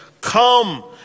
Come